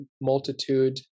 multitude